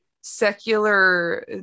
secular